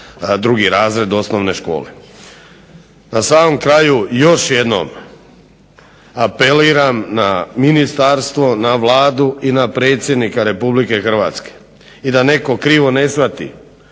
za 2. razred osnovne škole. Na samom kraju još jednom apeliram na ministarstvo, na Vladu i na predsjednika Republike Hrvatske i da netko krivo ne shvati,